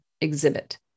exhibit